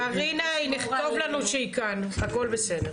טוב לנו שמרינה כאן, הכל בסדר.